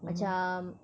mm